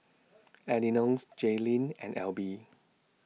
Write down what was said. Elenor's Jaylynn and L B